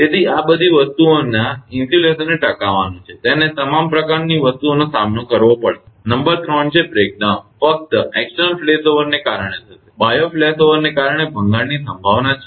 તેથી આ બધી વસ્તુઓના ઇન્સ્યુલેશનને ટકાવવાનું છે તેને તમામ પ્રકારની વસ્તુઓનો સામનો કરવો પડશે નંબર 3 છે ભંગાણ ફક્ત બાહ્ય ફ્લેશઓવરને કારણે થશે બાહ્ય ફ્લેશઓવરને કારણે ભંગાણની સંભાવના છે